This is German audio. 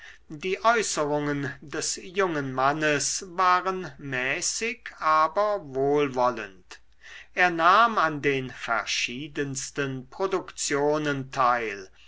die äußerungen des jungen mannes waren mäßig aber wohlwollend er nahm an den verschiedensten produktionen teil